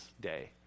day